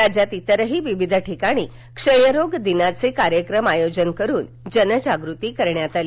राज्यात इतरही विविध ठिकाणी क्षयरोग दिनाचे कार्यक्रम आयोजन करुन जनजागृती करण्यात आली